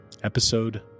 Episode